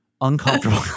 uncomfortable